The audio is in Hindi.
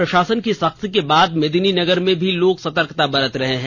प्रषासन की सख्ती के बाद मेदिनीनगर में लोग भी सतर्कता बरत रहे हैं